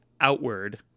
outward